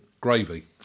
Gravy